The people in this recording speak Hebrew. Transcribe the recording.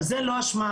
זה לא אשמה,